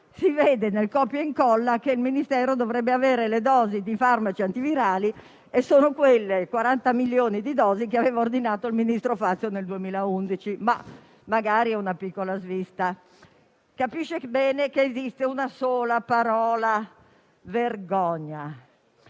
si vede nel copia e incolla che il Ministero dovrebbe avere le dosi di farmaci antivirali e sono quelle 40 milioni di dosi che aveva ordinato il ministro Fazio nel 2011, ma magari è una piccola svista. Capisce bene che esiste una sola parola: vergogna.